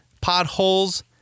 potholes